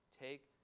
Take